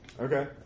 Okay